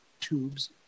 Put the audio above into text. Tubes